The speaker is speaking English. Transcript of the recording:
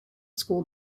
school